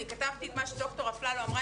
אני כתבתי את מה שד"ר אפללו אמרה,